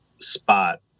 spot